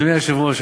אדוני היושב-ראש,